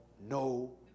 no